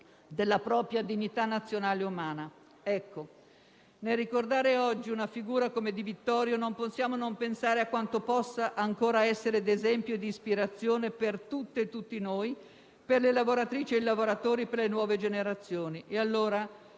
della propria dignità nazionale e umana». Ecco, nel ricordare oggi una figura come Di Vittorio, non possiamo non pensare a quanto possa ancora essere d'esempio e di ispirazione per tutte e tutti noi, per le lavoratrici e i lavoratori, per le nuove generazioni. Per